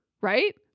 right